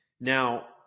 Now